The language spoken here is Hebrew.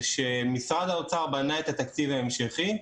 כשמשרד האוצר בנה את התקציב ההמשכי,